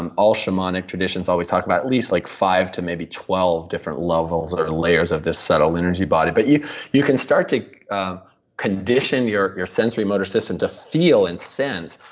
and all shamanic traditions always talk about at least like five to maybe twelve different levels or layers of this subtle energy body, but you you can start to condition your your sensory motor system to feel and sense,